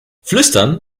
flüstern